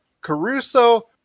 Caruso